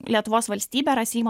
lietuvos valstybė yra seimo